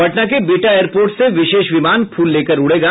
पटना के बिहटा एयरपोर्ट से विशेष विमान फूल लेकर उड़ेगा